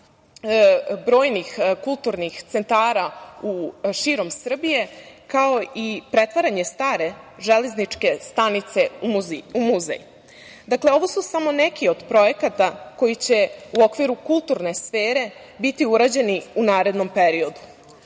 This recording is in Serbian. brojnih kulturnih centara širom Srbije, kao i pretvaranje stare Železničke stanice u muzej. Dakle, ovo su samo neki od projekata koji će u okviru kulturne sfere biti urađeni u narednom periodu.